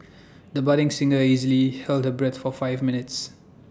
the budding singer easily held her breath for five minutes